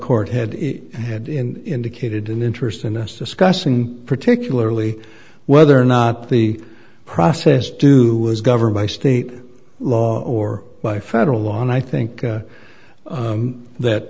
court had it had in decayed interest in us discussing particularly whether or not the process due was governed by state law or by federal law and i think that